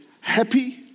happy